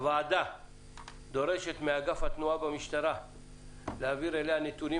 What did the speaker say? הוועדה דורשת מאגף התנועה במשטרה להעביר אליה נתונים